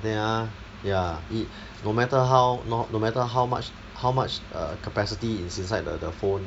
对吗 ya it no matter how not no matter how much how much err capacity is inside the the phone